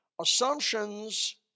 Assumptions